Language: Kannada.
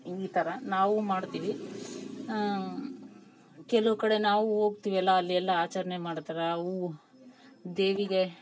ಈ ಥರ ನಾವು ಮಾಡ್ತೀವಿ ಕೆಲವುಕಡೆ ನಾವು ಹೋಗ್ತಿವಲ್ಲ ಅಲ್ಲಿಯೆಲ್ಲ ಆಚರಣೆ ಮಾಡ್ತರೆ ಹೂವು ದೇವಿಗೆ